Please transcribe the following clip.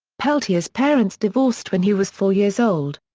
peltier's parents divorced when he was four years old.